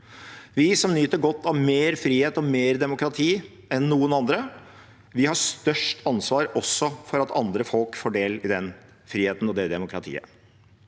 Vi som nyter godt av mer frihet og mer demokrati enn noen andre, har størst ansvar for at også andre folk får del i den friheten og det demokratiet.